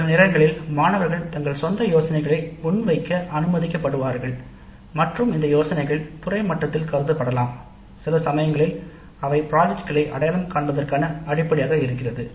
சில நேரங்களில் மாணவர்கள் தங்கள் சொந்த கருத்தை முன்வைக்க அனுமதிக்கப்படுவார்கள் மற்றும் இந்த யோசனைகள் துறை மட்டத்தில் கருதப்படலாம் சில சமயங்களில் அவை திட்டங்களை அடையாளம் காண்பதற்கான அடிப்படையாக இருக்கிறது